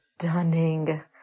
stunning